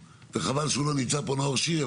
חבל שנאור שירי לא נמצא פה,